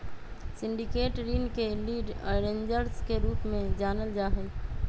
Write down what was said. syndicated ऋण के lead arrangers के रूप में जानल जा हई